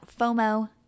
FOMO